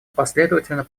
последовательно